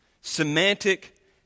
Semantic